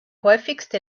häufigste